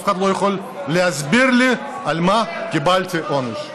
אף אחד לא יכול להסביר לי על מה קיבלתי עונש.